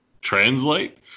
translate